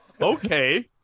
Okay